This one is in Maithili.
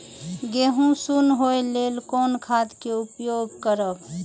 गेहूँ सुन होय लेल कोन खाद के उपयोग करब?